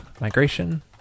migration